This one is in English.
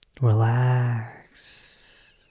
Relax